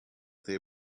they